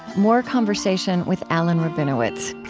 more conversation with alan rabinowitz.